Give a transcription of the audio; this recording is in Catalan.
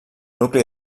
nucli